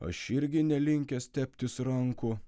aš irgi nelinkęs teptis rankų